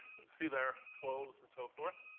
and see their clothes, and so forth.